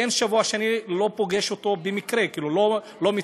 אין שבוע שאני לא פוגש אותו במקרה, לא מתכננים,